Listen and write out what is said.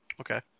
Okay